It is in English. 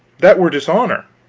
that were dishonor.